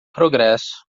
progresso